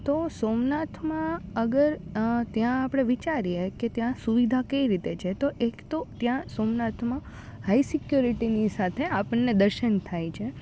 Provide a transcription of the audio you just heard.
તો સોમનાથમાં અગર ત્યાં આપણે વિચારીએ કે ત્યાં સુવિધા કઈ રીતે છે તો એક તો ત્યાં સોમનાથમાં હાઇ સિક્યૉરિટીની સાથે આપણને દર્શન થાય છે